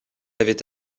avait